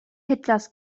hitlers